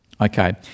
Okay